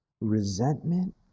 resentment